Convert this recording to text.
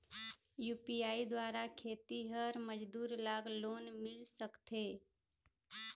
UPI द्वारा खेतीहर मजदूर ला लोन मिल सकथे?